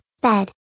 bed